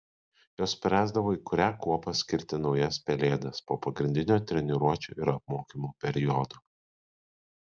jos spręsdavo į kurią kuopą skirti naujas pelėdas po pagrindinio treniruočių ir apmokymų periodo